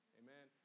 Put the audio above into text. amen